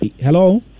Hello